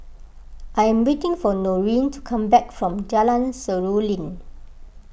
I am waiting for Noreen to come back from Jalan Seruling